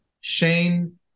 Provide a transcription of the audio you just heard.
Shane